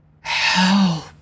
Help